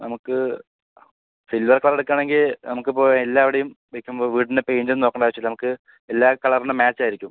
നമുക്ക് silver colour എടുക്കുവാണെങ്കിൽ നമുക്കിപ്പോൾ എല്ലാവിടെയും വെയ്ക്കുമ്പോൾ വീടിൻ്റെ പെയ്ൻറ്റൊന്നും നോക്കണ്ട ആവശ്യമില്ല നമുക്ക് എല്ലാ കളർനും മാച്ചായിരിക്കും